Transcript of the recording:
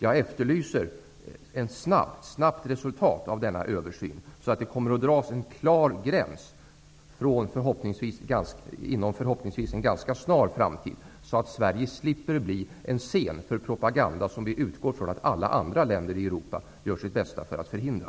Jag efterlyser ett snabbt resultat av denna översyn så att det kommer att dras en klar gräns inom en förhoppningsvis ganska snar framtid, så att Sverige slipper bli en scen för propaganda som vi utgår från att alla andra länder i Europa gör sitt bästa för att förhindra.